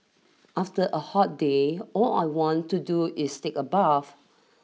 after a hot day all I want to do is take a bath